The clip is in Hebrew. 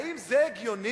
האם זה הגיוני?